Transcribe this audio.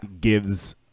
gives